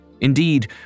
Indeed